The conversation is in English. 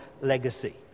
legacy